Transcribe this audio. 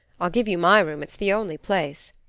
i'll give you my room it's the only place.